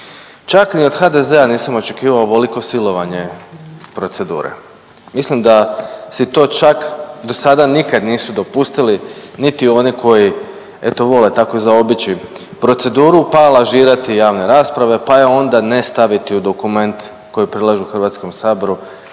Čak ni od HDZ-a nisam očekivao ovoliko silovanje procedure. Mislim da si to čak do sada nikad nisu dopustili niti oni koji eto vole tako zaobići proceduru, pa lažirati javne rasprave, pa je onda ne staviti u dokument koji predlažu Hrvatskom saboru